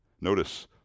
Notice